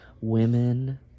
Women